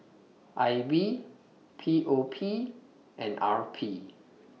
I B P O P and R P